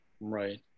Right